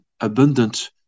abundant